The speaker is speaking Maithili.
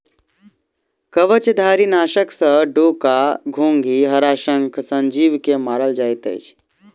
कवचधारीनाशक सॅ डोका, घोंघी, हराशंख सन जीव के मारल जाइत अछि